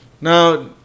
Now